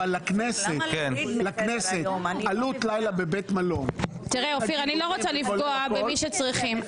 אני לא רוצה לפגוע במי שצריכים.